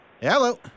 Hello